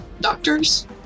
doctors